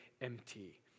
empty